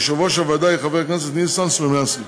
יושב-ראש הוועדה יהיה חבר הכנסת ניסן סלומינסקי.